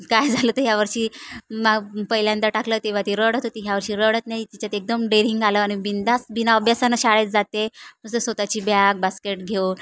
काय झालं ते ह्यावर्षी माग पहिल्यांदा टाकलं तेव्हा ती रडत होती ह्यावर्षी रडत नाही तिच्यात एकदम डेरिंग आलं आणि बिनधास्त बिना अभ्यासानं शाळेत जाते तसंच स्वतःची बॅग बास्केट घेऊन